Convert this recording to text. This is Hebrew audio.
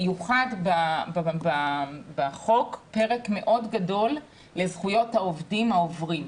בחוק ייוחד פרק מאוד גדול לזכויות העובדים העוברים.